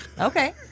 Okay